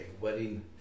wedding